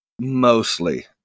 Mostly